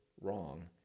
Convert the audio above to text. wrong